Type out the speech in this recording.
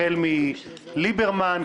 החל מליברמן,